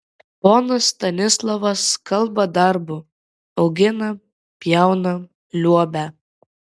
ponas stanislovas kalba darbu augina pjauna liuobia